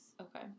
Okay